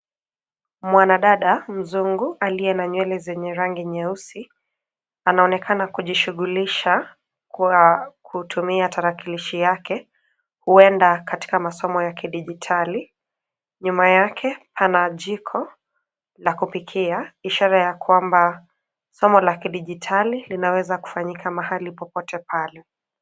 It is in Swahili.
Mwanadada mzungu aliye na nywele zenye rangi nyeusi anaonekana kujishughulisha kwa kutumia tarakilishi yake, huenda katika masomo ya kidijitali. Nyuma yake pana jiko la kupikia, ishara ya kwamba somo la kidijitali linaweza kufanyika mahali popote pale.